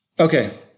Okay